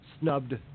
snubbed